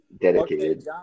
Dedicated